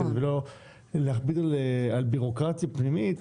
כאילו לא להכביד על בירוקרטיה פנימית,